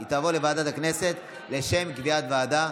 חוקה, היא תעבור לוועדת הכנסת לשם קביעת ועדה.